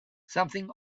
something